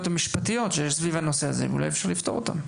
המשפטיות שיש ואולי גם נצליח לפתור אותן.